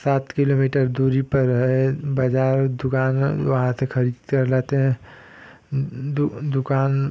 सात किलोमीटर दूरी पर है बाजार दुकान वहाँ से खरीदकर लाते हैं दुकान